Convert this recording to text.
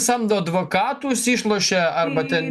samdo advokatus išlošia arba ten